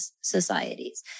societies